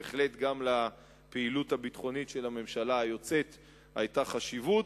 בהחלט גם לפעילות הביטחונית של הממשלה היוצאת היתה חשיבות,